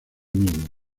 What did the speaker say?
mismo